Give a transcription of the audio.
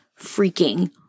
freaking